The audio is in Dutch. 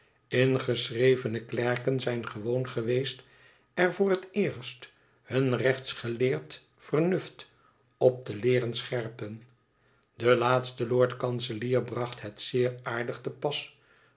ingeschrevene klerken zijn gewoon geweest er voor het eerst hun rechtsgeleerd vernuft op te leeren scherpen do laatste lord-kanselier bracht het zeer aardig te pas